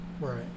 Right